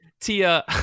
Tia